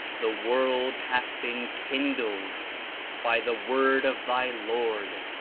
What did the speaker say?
the world hath been kindled by the word of thy lord,